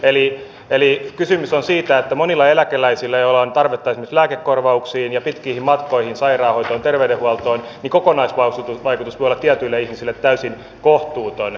eli kysymys on siitä että monille eläkeläisille joilla on tarvetta esimerkiksi lääkekorvauksiin ja pitkiin matkoihin sairaanhoitoon terveydenhuoltoon kokonaisvaikutus voi olla tietyille ihmisille täysin kohtuuton